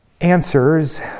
answers